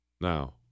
Now